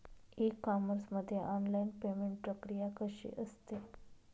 E commerce मध्ये online payment प्रक्रिया कशी असते?